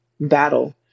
battle